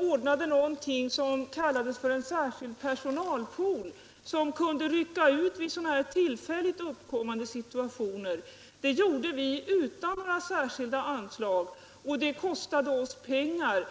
ordnade någonting som kallades för en personalpool som kunde rycka ut vid sådana här tillfälligt uppkomna situationer. Det gjorde vi utan några särskilda anslag och det kostade oss pengar.